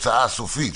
בתוצאה הסופית.